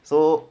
so